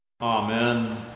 Amen